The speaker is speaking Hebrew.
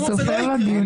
תסיים.